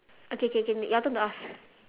okay K K your turn to ask